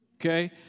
Okay